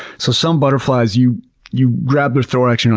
so some butterflies, you you grab their thorax you know